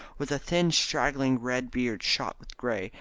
with a thin straggling red beard shot with grey,